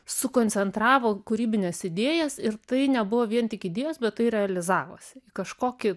sukoncentravo kūrybines idėjas ir tai nebuvo vien tik idėjos bet tai realizavosi į kažkokį